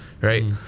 right